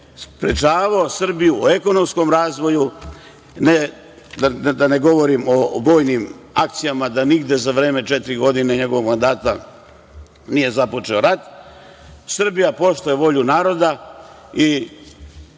sprečavao Srbiju u ekonomskom razvoju, da ne govorim o vojnim akcijama, da nigde za vreme četiri godine njegovog mandata nije započeo rat. Srbija poštuje volju naroda i